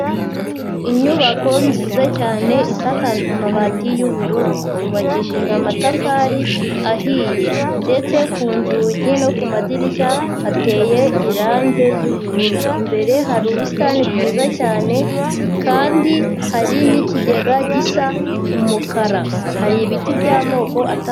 Inyubako nziza cyane isakajwe amabati y'ubururu yubakishijwe amatafari ahiye ndetse ku nzugi no ku madirishya ateye irangi ry'ubururu, imbere hari ubusitani bwiza cyane kandi hari n'ikigega gisa umukara hari ibiti by'amoko atandukanye.